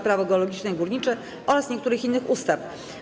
Prawo geologiczne i górnicze oraz niektórych innych ustaw.